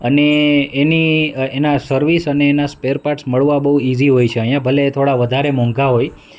અને એની એના સર્વિસ અને એના સ્પેરપાર્ટ્સ મળવા બહુ ઈઝી હોય છે અહીંયા ભલે એ થોડા વધારે મોંઘા હોય